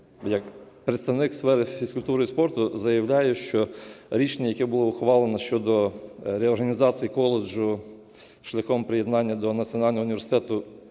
як представник сфери фізкультури і спорту заявляю, що рішення, яке було ухвалено щодо реорганізації коледжу шляхом приєднання до Національного університету